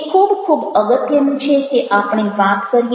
એ ખૂબ ખૂબ અગત્યનું છે કે આપણે વાત કરીએ